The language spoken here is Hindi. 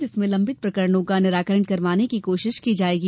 जिसमें लंबित प्रकरणों का निराकरण करवाने की कोशिश की जायेगी